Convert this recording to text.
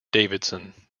davidson